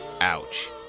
ouch